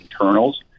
internals